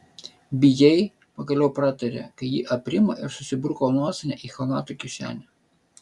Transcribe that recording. bijai pagaliau pratarė kai ji aprimo ir susibruko nosinę į chalato kišenę